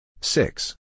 Six